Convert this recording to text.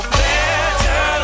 better